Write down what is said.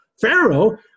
pharaoh